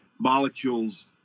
molecules